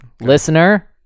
listener